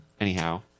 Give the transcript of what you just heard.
anyhow